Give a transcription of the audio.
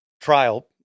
trial